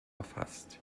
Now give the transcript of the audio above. erfasst